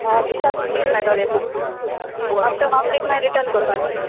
दिसा तुका तीन मेटोले बूक आफ्टर वन विक मागीर रिटर्न कोरपाचे